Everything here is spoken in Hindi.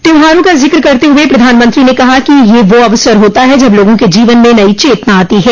त्योहारों का जिक्र करते हुए प्रधानमंत्री ने कहा कि यह वो अवसर होता है जब लोगों के जीवन में नई चेतना आती है